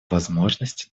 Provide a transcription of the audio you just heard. возможности